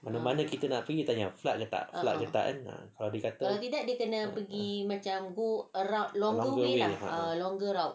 mana-mana kita nak pergi tanya flood ke tak flood ke tak kalau dia kata um ah longer way (uh huh)